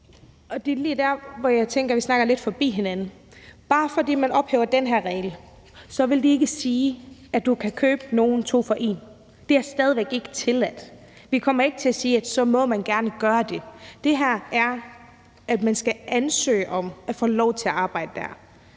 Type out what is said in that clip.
Det er lige der, hvor jeg tænker, at vi snakker lidt forbi hinanden. Bare fordi man ophæver den her regel, vil det ikke sige, at du kan købe nogen som to for en. Det er stadig væk ikke tilladt, og vi kommer ikke til at sige, at man så gerne må gøre det. Det her betyder, at man skal ansøge om at få lov til at arbejde der.